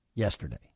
yesterday